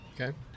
Okay